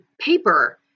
paper